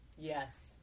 Yes